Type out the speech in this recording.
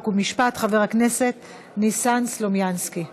חוק ומשפט חבר הכנסת ניסן סלומינסקי.